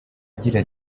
agira